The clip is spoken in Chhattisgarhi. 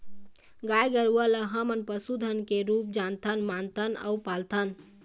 गाय गरूवा ल हमन पशु धन के रुप जानथन, मानथन अउ पालथन